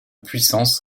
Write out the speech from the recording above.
puissance